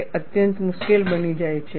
તે અત્યંત મુશ્કેલ બની જાય છે